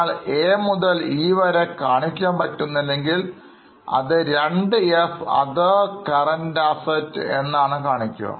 എന്നാൽ a മുതൽe വരെ കാണിക്കാൻ പറ്റുന്നില്ലെങ്കിൽ അത് രണ്ട് f other current assets ആണ് കാണിക്കുക